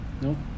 No